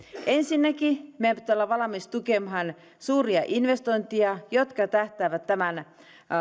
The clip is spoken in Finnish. ensinnäkin meidän pitää olla valmiita tukemaan suuria investointeja jotka tähtäävät tämän